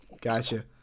Gotcha